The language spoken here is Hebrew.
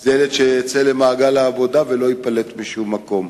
זה ילד שיצא למעגל העבודה ולא ייפלט משום מקום.